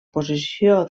posició